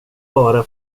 bara